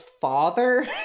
father